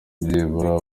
byibura